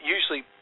usually